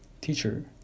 teacher